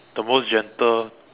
the most gentle